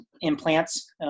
implants